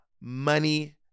money